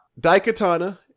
Daikatana